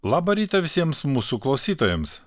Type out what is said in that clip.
labą rytą visiems mūsų klausytojams